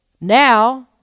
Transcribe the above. Now